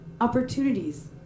Opportunities